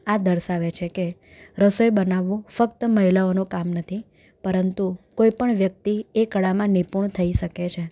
આ દર્શાવે છે કે રસોઈ બનાવવું ફક્ત મહિલાઓનું કામ નથી પરંતુ કોઈ પણ વ્યક્તિ એ કળામાં નિપુણ થઈ શકે છે